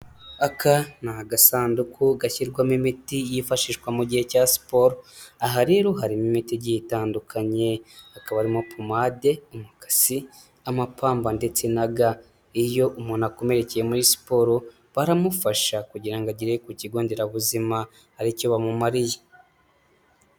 Aka ni agasanduku gashyirwamo imiti yifashishwa mu gihe cya siporo, aha rero harimo imiti igiye itandukanye, hakaba harimo pomade, umukasi, amapamba ndetse na ga, iyo umuntu akomerekeye muri siporo baramufasha kugira ngo agere ku kigo nderabuzima hari icyo bamumariye.